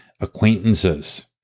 acquaintances